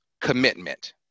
commitment